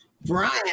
Brian